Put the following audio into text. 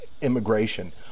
immigration